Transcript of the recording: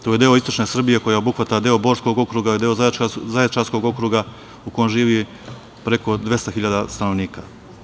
To je deo istočne Srbije koji obuhvata deo Borskog okruga i deo Zaječarskog okruga u kom živi preko 200 hiljada stanovnika.